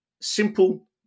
Simple